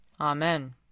Amen